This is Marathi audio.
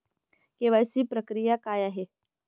के.वाय.सी प्रक्रिया काय आहे?